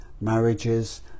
marriages